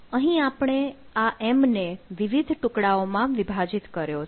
અહીં આપણે આ m ને વિવિધ ટુકડાઓમાં વિભાજીત કર્યો છે